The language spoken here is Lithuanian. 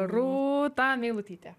rūta meilutytė